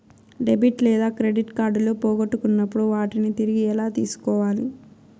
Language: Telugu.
డెబిట్ లేదా క్రెడిట్ కార్డులు పోగొట్టుకున్నప్పుడు వాటిని తిరిగి ఎలా తీసుకోవాలి